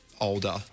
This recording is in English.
older